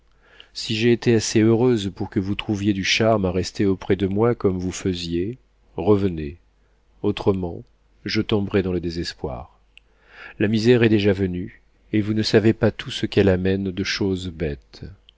si j'ai été assez heureuse pour que vous trouviez du charme à rester auprès de moi comme vous faisiez revenez autrement je tomberai dans le désespoir la misère est déjà venue et vous ne savez pas tout ce qu'elle amène de choses bêtes